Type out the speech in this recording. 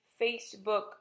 Facebook